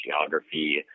geography